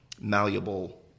malleable